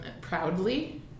Proudly